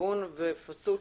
עילבון ופסוטה,